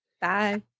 Bye